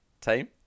team